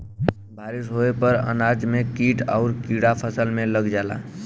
बारिस होये पर अनाज में कीट आउर कीड़ा फसल में लग जाला